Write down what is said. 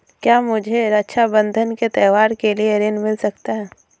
क्या मुझे रक्षाबंधन के त्योहार के लिए ऋण मिल सकता है?